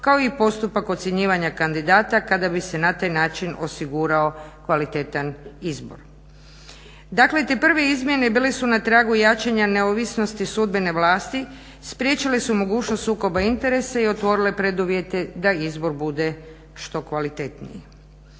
kao i postupak ocjenjivanja kandidata kada bi se na taj način osigurao kvalitetan izbor. Dakle te prve izmjene bile su na tragu jačanja neovisnosti sudbene vlasti, spriječile su mogućnost sukoba interesa i otvorile preduvjete da izbor bude što kvalitetniji.